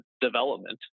development